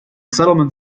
settlement